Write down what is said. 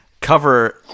cover